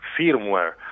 firmware